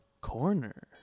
Corner